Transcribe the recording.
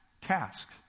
task